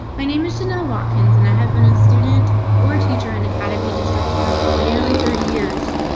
my name is gina watkins and i have been a student or teacher in academy district twenty for nearly thirty years.